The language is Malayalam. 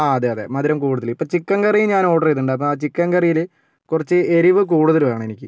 ആ അതെ അതെ മധുരം കൂടുതൽ ഇപ്പോൾ ചിക്കൻ കറി ഞാൻ ഓർഡർ ചെയ്തിട്ടിണ്ടാരുന്നു അപ്പോൾ ആ ചിക്കൻ കറിയില് കുറച്ച് എരിവ് കൂടുതല് വേണം എനിക്ക്